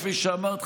כפי שאמרת,